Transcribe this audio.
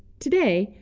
today,